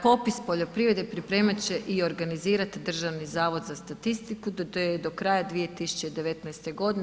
Popis poljoprivrede pripremat će i organizirat Državni zavod za statistiku do kraja 2019. godine.